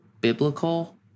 biblical